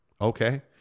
Okay